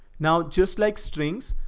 now just like strings,